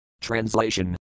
Translation